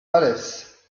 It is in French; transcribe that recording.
alès